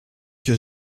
que